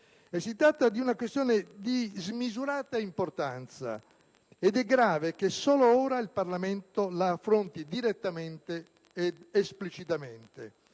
si tratta di una questione di smisurata importanza ed è grave che solo ora il Parlamento l'affronti direttamente ed esplicitamente.